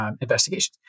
investigations